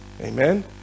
Amen